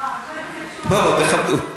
בואו, תכבדו.